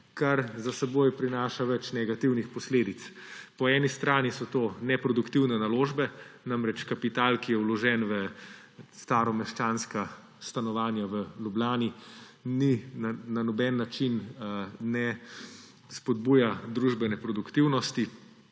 kar za seboj prinaša več negativnih posledic. Po eni strani so to neproduktivne naložbe. Namreč kapital, ki je vložen v staromeščanska stanovanja v Ljubljani, na noben način ne spodbuja družbene produktivnosti